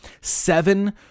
Seven